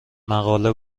مقاله